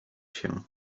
się